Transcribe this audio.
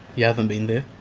you haven't been there,